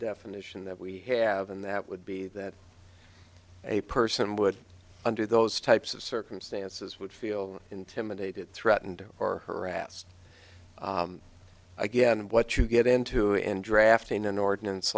definition that we have and that would be that a person would under those types of circumstances would feel intimidated threatened or harassed again and what you get into in drafting an ordinance